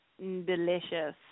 Delicious